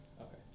Okay